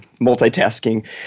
multitasking